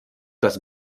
dass